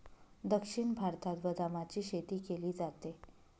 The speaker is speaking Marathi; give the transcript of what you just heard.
दक्षिण भारतात बदामाची शेती केली जाते